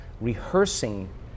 rehearsing